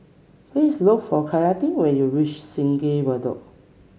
please look for Kailyn when you reach Sungei Bedok